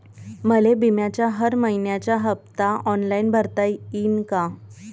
मले बिम्याचा हर मइन्याचा हप्ता ऑनलाईन भरता यीन का?